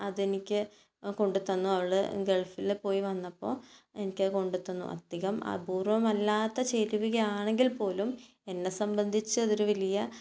അത് എനിക്ക് കൊണ്ട് തന്നു അവൾ ഗൾഫിൽ പോയി വന്നപ്പോൾ എനിക്ക് അത് കൊണ്ട് തന്നു അധികം അപൂർവ്വമല്ലാത്ത ചെരുവിക ആണെങ്കിൽ പോലും എന്നെ സംബന്ധിച്ച് അതൊരു വലിയ